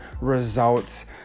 results